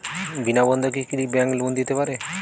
বিনা বন্ধকে কি bank loan দিতে পারে?